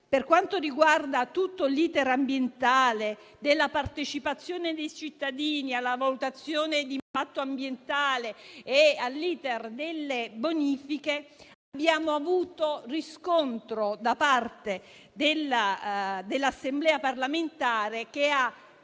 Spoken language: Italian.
Per quanto riguarda la tematica ambientale concernente la partecipazione dei cittadini alla valutazione di impatto ambientale e l'*iter* delle bonifiche, abbiamo avuto riscontro da parte dell'Assemblea parlamentare, che ha